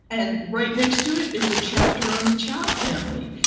and right next to it is a chapter on the child family.